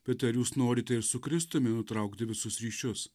bet ar jūs norite ir su kristumi nutraukti visus ryšius